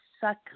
suck